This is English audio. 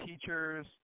teachers